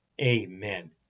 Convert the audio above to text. amen